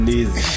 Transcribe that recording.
easy